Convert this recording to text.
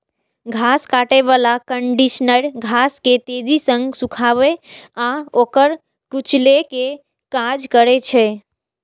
घास काटै बला कंडीशनर घास के तेजी सं सुखाबै आ ओकरा कुचलै के काज करै छै